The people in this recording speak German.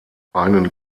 einen